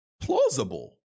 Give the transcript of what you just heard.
plausible